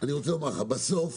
אני רוצה לומר לך, בסוף